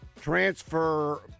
transfer